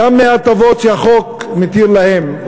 גם מההטבות שהחוק מתיר להם,